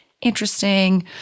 interesting